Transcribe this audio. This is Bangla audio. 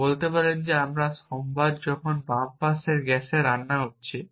তাই বলতে পারেন আমার সম্ভার যখন বাম পাশের গ্যাসে রান্না হচ্ছে